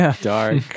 dark